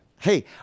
Hey